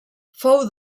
fou